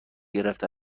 گرفته